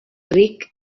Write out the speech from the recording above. ric